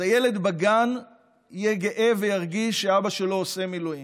אז הילד בגן יהיה גאה וירגיש שאבא שלו עושה מילואים,